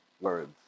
words